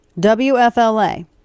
WFLA